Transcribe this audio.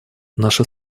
наша